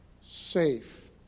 safe